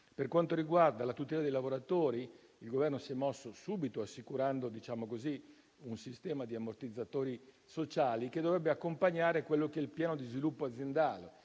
Per quanto riguarda la tutela dei lavoratori, il Governo si è mosso subito assicurando un sistema di ammortizzatori sociali che dovrebbe accompagnare il piano di sviluppo aziendale,